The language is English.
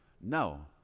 No